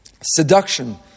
seduction